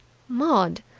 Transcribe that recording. maud!